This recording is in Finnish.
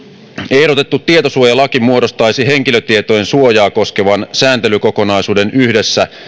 ehdotettu tietosuojalaki muodostaisi henkilötietojen suojaa koskevan säätelykokonaisuuden yhdessä